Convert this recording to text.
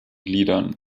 gliedern